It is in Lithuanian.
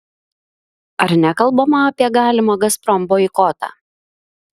ar nekalbama apie galimą gazprom boikotą